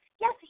yes